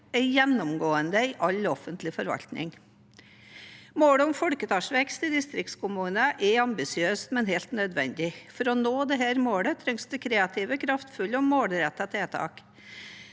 er gjennomgående i all offentlig forvaltning. Målet om folketallsvekst i distriktskommunene er ambisiøst, men helt nødvendig. For å nå dette målet trengs det kreative, kraftfulle og målrettede tiltak.